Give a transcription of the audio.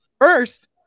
first